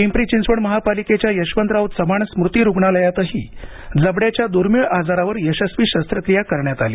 पिंपरी चिंचवड महापालिकेच्या यशवंतराव चव्हाण स्मृती रुग्णालयातही जबड्याच्या दूर्मिळ आजारावर यशस्वी शस्त्रक्रिया करण्यात आली